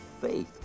faith